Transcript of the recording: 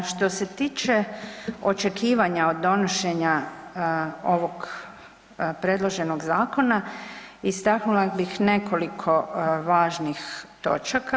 Što se tiče očekivanja od donošenja ovog predloženog zakona, istaknula bih nekoliko važnih točaka.